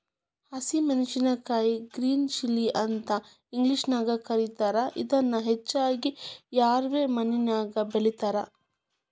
ಹಸಿ ಮೆನ್ಸಸಿನಕಾಯಿಗೆ green chilli ಅಂತ ಇಂಗ್ಲೇಷನ್ಯಾಗ ಕರೇತಾರ, ಇದನ್ನ ಹೆಚ್ಚಾಗಿ ರ್ಯಾವಿ ಮಣ್ಣಿನ್ಯಾಗ ಬೆಳೇತಾರ